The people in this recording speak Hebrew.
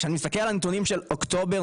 כשאני מסתכל על הנתונים של אוקטובר,